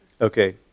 Okay